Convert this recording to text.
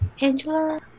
Angela